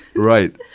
right.